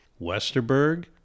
Westerberg